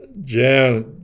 Jan